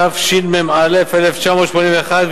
התשמ"א 1981,